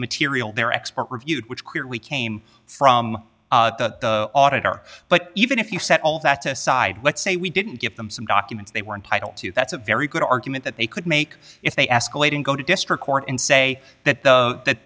material they're expert reviewed which clearly came from the auditor but even if you set all that aside let's say we didn't give them some documents they were entitled to that's a very good argument that they could make if they escalate and go to district court and say that the that